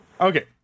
Okay